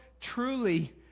truly